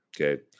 Okay